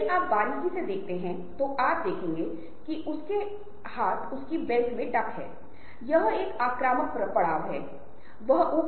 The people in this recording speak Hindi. यदि आप एक ऐसे व्यक्ति हैं जो आम तौर पर लोगों के साथ बातचीत नहीं करते हैं तो लोगों के साथ बातचीत करने की आदत बनाएं